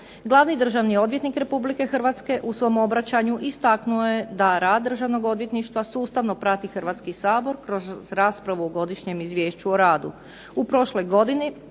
Glavni državni odvjetnik RH u svom obraćanju istaknuo je da rad Državnog odvjetništva sustavno prati Hrvatski sabor kroz raspravu o godišnjem izvješću o radu.